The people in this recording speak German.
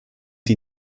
die